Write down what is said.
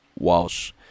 Walsh